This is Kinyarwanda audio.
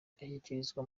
ashyikirizwa